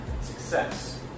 success